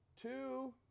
two